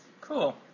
Cool